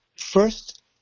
first